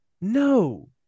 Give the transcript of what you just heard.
No